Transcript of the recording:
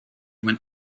when